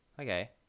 Okay